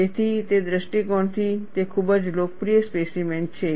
તેથી તે દ્રષ્ટિકોણ થી તે ખૂબ જ લોકપ્રિય સ્પેસીમેન છે